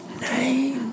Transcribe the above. name